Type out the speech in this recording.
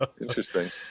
Interesting